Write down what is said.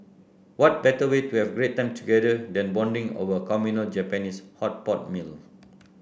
what better way to have great time together than bonding over a communal Japanese hot pot meal